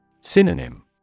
Synonym